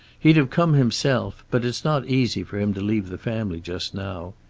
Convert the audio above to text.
he'd have come himself, but it's not easy for him to leave the family just now.